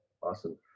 Awesome